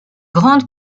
grande